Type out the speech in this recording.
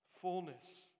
fullness